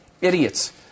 Idiots